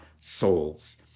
souls